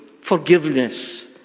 Forgiveness